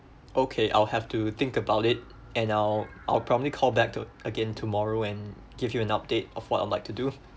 okay I'll have to think about it and I'll I'll probably call back to again tomorrow and give you an update of what I'd like to do